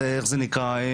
איך זה נקרא,